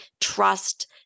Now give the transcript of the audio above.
trust